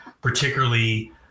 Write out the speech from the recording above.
particularly